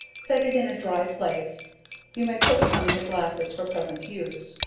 set it in a dry place you may put some into glasses for present use.